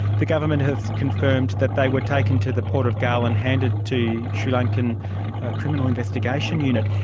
the government has confirmed that they were taken to the port of galle and handed to sri lankan criminal investigation unit.